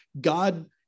God